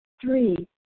Three